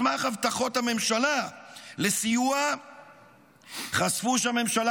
על סמך הבטחות הממשלה לסיוע חשפו שהממשלה